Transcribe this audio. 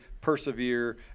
persevere